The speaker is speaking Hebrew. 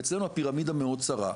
ואצלנו הפירמידה מאוד צרה.